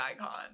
icon